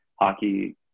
Hockey